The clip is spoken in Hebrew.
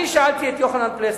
אני שאלתי את יוחנן פלסנר: